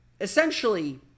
essentially